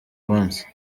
munsi